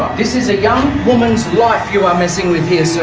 this is a young woman's life you are messing with here, sir.